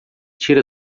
tira